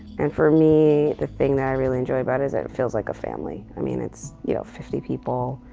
and for me, the thing that i really enjoy about it is it feels like a family. i mean, it's, you know, fifty people.